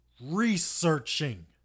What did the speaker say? researching